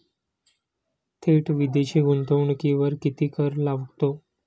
थेट विदेशी गुंतवणुकीवर किती कर लागतो?